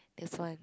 there's one